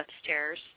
upstairs